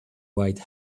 white